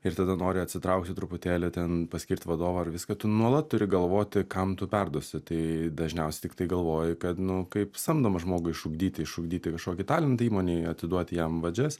ir tada nori atsitraukti truputėlį ten paskirt vadovą ar viską tu nuolat turi galvoti kam tu perduosi tai dažniausiai tiktai galvoji kad nu kaip samdomą žmogų išugdyti išugdyti kažkokį talentą įmonėj atiduoti jam vadžias